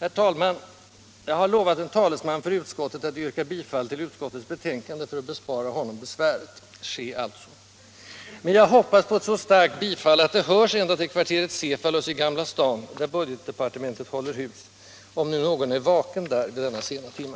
Herr talman! Jag har lovat en talesman för utskottet att yrka bifall till utskottets hemställan för att bespara honom besväret. Ske alltså! Men jag hoppas på ett så starkt bifall att det hörs ända till kvarteret Cephalus i Gamla stan, där budgetdepartementet håller hus — om nu någon är vaken där vid denna sena timme.